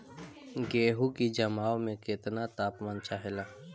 गेहू की जमाव में केतना तापमान चाहेला?